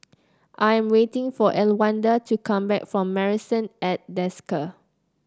I am waiting for Elwanda to come back from Marrison at Desker